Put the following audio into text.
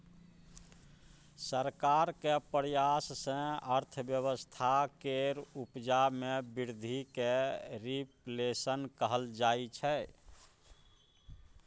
सरकारक प्रयास सँ अर्थव्यवस्था केर उपजा मे बृद्धि केँ रिफ्लेशन कहल जाइ छै